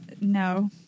no